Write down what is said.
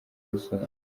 gusonza